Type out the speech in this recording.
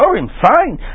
Fine